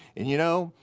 and you know,